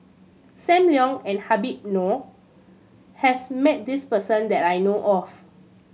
Sam Leong and Habib Noh has met this person that I know of